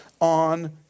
on